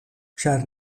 ĉar